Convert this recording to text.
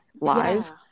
live